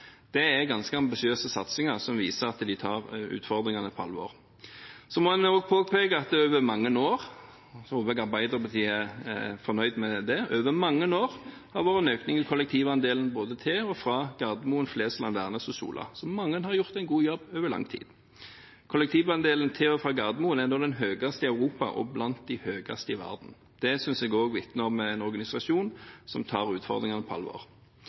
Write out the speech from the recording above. er en ganske ambisiøs satsing, som viser at de tar utfordringene på alvor. Man må også påpeke at det over mange år – jeg håper Arbeiderpartiet er fornøyd med det – har vært en økning av kollektivandelen, både til og fra Gardermoen, Flesland, Værnes og Sola. Så mange har gjort en god jobb over lang tid. Kollektivandelen til og fra Gardermoen er nå den høyeste i Europa og blant de høyeste i verden. Det synes jeg også vitner om en organisasjon som tar utfordringene på alvor.